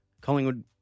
Collingwood